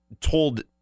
told